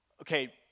Okay